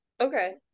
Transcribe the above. okay